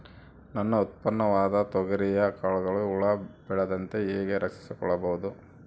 ನನ್ನ ಉತ್ಪನ್ನವಾದ ತೊಗರಿಯ ಕಾಳುಗಳನ್ನು ಹುಳ ಬೇಳದಂತೆ ಹೇಗೆ ರಕ್ಷಿಸಿಕೊಳ್ಳಬಹುದು?